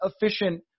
efficient